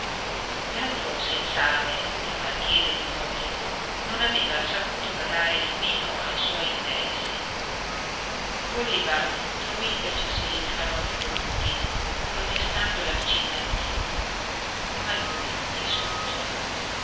l'altro sensale il marchese limòli non aveva saputo badare nemmeno ai suoi interessi voleva intromettercisi il canonico lupi protestando l'amicizia antica ma lui rispose